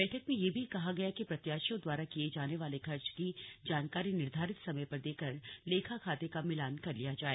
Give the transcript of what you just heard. बैठक में ये भी कहा गया कि प्रत्याशियों द्वारा किये जाने वाले खर्च की जानकारी निर्धारित समय पर देकर लेखा खाते का मिलान कर लिया जाए